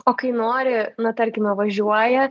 o kai nori na tarkime važiuoja